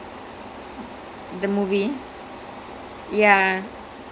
oh அதுதான்:athuthaan he becomes the lawyer the very depressed lawyer